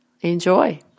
enjoy